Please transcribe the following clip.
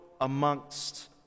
amongst